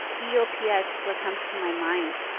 eops is what comes to my mind.